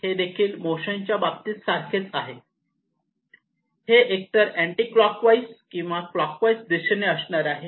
हेदेखील मोशन च्या बाबतीत सारखेच आहे हे एकतर अँटी क्लॉकवाईज किंवा क्लॉकवाईज दिशेने असणार आहे